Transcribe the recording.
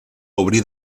obrir